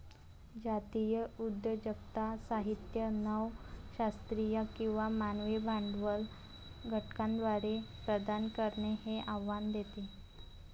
जातीय उद्योजकता साहित्य नव शास्त्रीय किंवा मानवी भांडवल घटकांद्वारे प्रदान करणे हे आव्हान देते